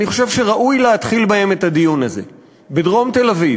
אני חושב שראוי להתחיל בהם את הדיון הזה בדרום תל-אביב.